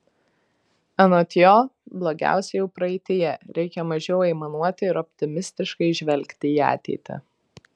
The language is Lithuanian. anot jo blogiausia jau praeityje reikia mažiau aimanuoti ir optimistiškai žvelgti į ateitį